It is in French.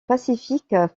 pacifique